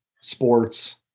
sports